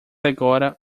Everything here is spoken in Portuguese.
agora